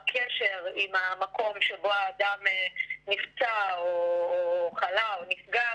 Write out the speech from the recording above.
הקשר עם המקום שבו האדם נפצע או חלה או נפגע,